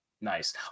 Nice